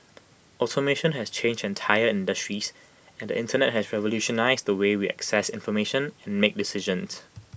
automation has changed entire industries and the Internet has revolutionised the way we access information and make decisions